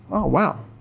oh wow,